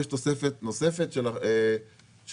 יש תוספת נוספת של האחוזים.